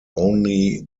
only